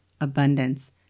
abundance